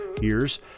years